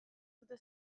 dute